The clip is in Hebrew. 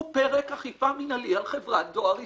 פרק אכיפה מינהלי על חברת דואר ישראל.